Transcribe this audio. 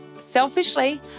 Selfishly